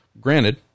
Granted